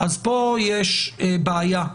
אז פה יש בעיה.